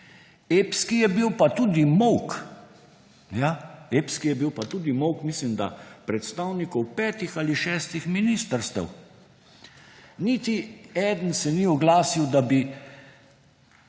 epski je bil pa tudi molk predstavnikov, mislim da, petih ali šestih ministrstev. Niti eden se ni oglasil, da bi